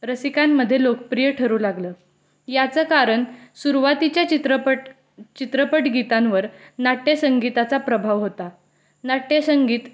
रसिकांमध्ये लोकप्रिय ठरू लागलं याचं कारण सुरुवातीच्या चित्रपट चित्रपटगीतांवर नाट्य संगीताचा प्रभाव होता नाट्य संगीत